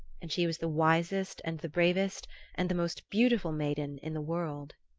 and she was the wisest and the bravest and the most beautiful maiden in the world.